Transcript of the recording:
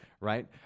Right